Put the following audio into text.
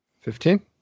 Fifteen